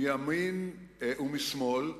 מימין ומשמאל,